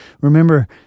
remember